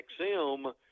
XM